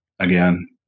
again